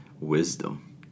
wisdom